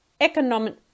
economic